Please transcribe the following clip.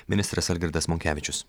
ministras algirdas monkevičius